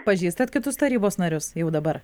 pažįstat kitus tarybos narius jau dabar